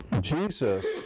Jesus